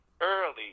early